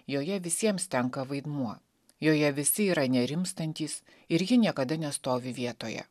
joje visiems tenka vaidmuo joje visi yra nerimstantys ir ji niekada nestovi vietoje